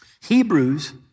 Hebrews